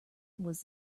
was